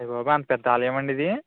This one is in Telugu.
అయ్య బాబోయ్ అంత పెద్ద ఆలయమా అండీ ఇదీ